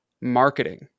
marketing